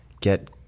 get